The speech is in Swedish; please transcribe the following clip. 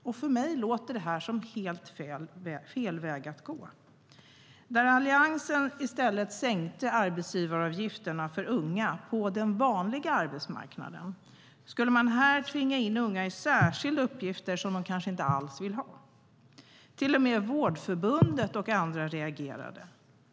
För mig låter det som helt fel väg att gå. Alliansen sänkte i stället arbetsgivaravgifterna för unga på den vanliga arbetsmarknaden. Här skulle man tvinga in unga i särskilda uppgifter som de kanske inte alls vill ha. Till och med Vårdförbundet och andra reagerade.